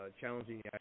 challenging